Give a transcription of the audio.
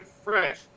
Fresh